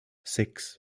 six